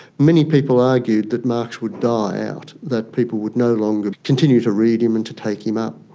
many people argued that marx would die out, that people would no longer continue to read him and to take him up.